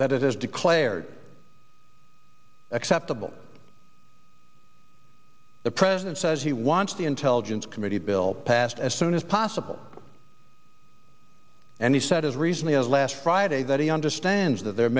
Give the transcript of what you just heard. that is declared acceptable the president says he wants the intelligence committee bill passed as soon as possible and he said as recently as last friday that he understands that there